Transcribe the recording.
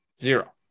zero